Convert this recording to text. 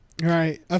Right